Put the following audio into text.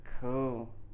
Cool